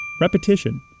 Repetition